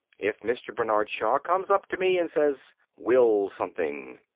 if mr. bernard shaw comes up to me and says, will something,